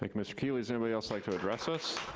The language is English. like mr. keeley. is anybody else like to address us?